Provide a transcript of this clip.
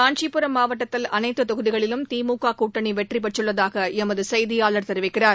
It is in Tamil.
காஞ்சிபுரம் மாவட்டத்தில் அனைத்து தொகுதிகளிலும் திமுக கூட்டணி வெற்றி பெற்றுள்ளதாக எமது செய்தியாளர் தெரிவிக்கிறார்